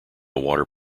water